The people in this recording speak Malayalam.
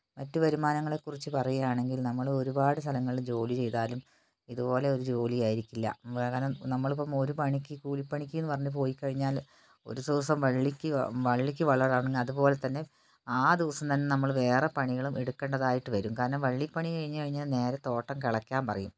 മറ്റ് വരുമാനങ്ങളെക്കുറിച്ച് പറയുകയാണെങ്കിൽ നമ്മൾ ഒരുപാട് സ്ഥലങ്ങളിൽ ജോലി ചെയ്താലും ഇതു പോലെ ഒരു ജോലിയായിരിക്കില്ല പകരം നമ്മളിപ്പം ഒരു പണിക്ക് കൂലിപ്പണിക്കെന്നു പറഞ്ഞിട്ട് പോയിക്കഴിഞ്ഞാൽ ഒരു ദിവസം വള്ളിക്ക് വള്ളിക്ക് വളം ഇടാനാണെങ്കിൽ അതുപോലെതന്നെ ആ ദിവസം തന്നെ നമ്മള് വേറെ പണികളും എടുക്കേണ്ടതായിട്ട് വരും കാരണം വള്ളിപ്പണി കഴിഞ്ഞ് കഴിഞ്ഞാൽ നേരെ തോട്ടം കിളയ്ക്കാൻ പറയും